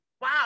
wow